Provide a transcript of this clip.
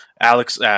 Alex